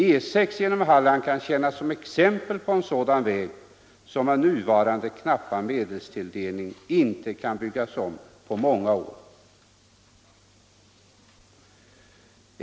E 6 genom Halland kan tjäna som ex 119 empel på en sådan väg som med nuvarande knappa medelstilldelning inte kan byggas om på många år.